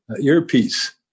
earpiece